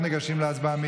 אנחנו ניגשים להצבעה.